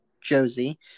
Josie